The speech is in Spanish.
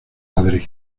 madrid